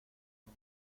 muy